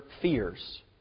fears